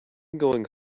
going